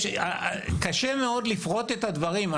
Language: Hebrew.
יש, קשה מאוד לפרוט את הדברים.